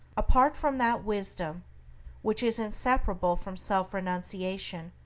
apart from that wisdom which is inseparable from self-renunciation,